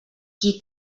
qui